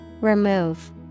Remove